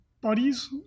Buddies